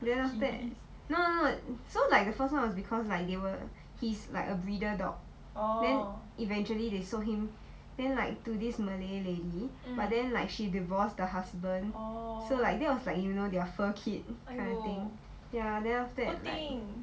then after that no no no so like the first one was because like they were he's like a breeder dog eventually they sold him then like to this malay lady but then like she divorced the husband so like that was like you know their fur kid kind of thing ya then after like